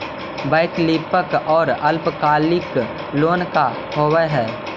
वैकल्पिक और अल्पकालिक लोन का होव हइ?